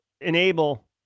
enable